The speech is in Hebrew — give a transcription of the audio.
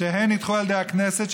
שתיהן נדחו על ידי הכנסת,